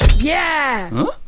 yeah!